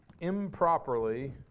improperly